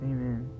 Amen